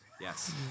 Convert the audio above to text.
Yes